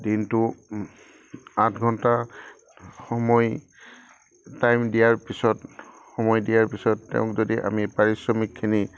দিনটো আঠ ঘণ্টা সময় টাইম দিয়াৰ পিছত সময় দিয়াৰ পিছত তেওঁক যদি আমি পাৰিশ্ৰমিকখিনি